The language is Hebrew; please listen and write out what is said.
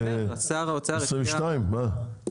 מה?